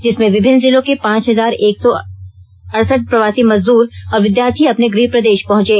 जिसमें विभिन्न जिलों के पांच हजार एक सौ अरसठ प्रवासी मजदूर और विद्यार्थी अपने गृह प्रदेश पहंचे